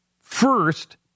first